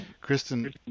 Kristen